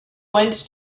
went